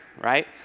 right